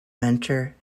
mentor